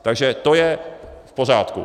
Takže to je v pořádku.